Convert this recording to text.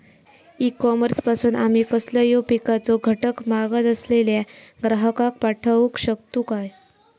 E commerce पासून आमी कसलोय पिकाचो घटक मागत असलेल्या ग्राहकाक पाठउक शकतू काय?